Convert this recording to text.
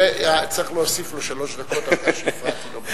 צריך להוסיף לו שלוש דקות על זה שהפרעתי לו.